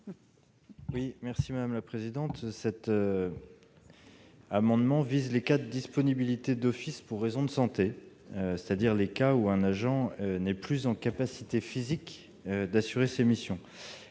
est à M. Arnaud de Belenet. Cet amendement vise les cas de disponibilité d'office pour raisons de santé, c'est-à-dire les cas où un agent n'est plus en capacité physique d'assurer ses missions.